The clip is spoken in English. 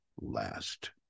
last